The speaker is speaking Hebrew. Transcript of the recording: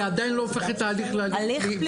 עדיין לא הופך את ההליך להליך פלילי.